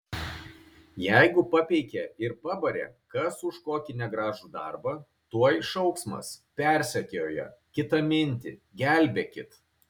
jeigu papeikė ar pabarė kas už kokį negražų darbą tuoj šauksmas persekioja kitamintį gelbėkit